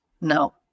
No